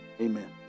amen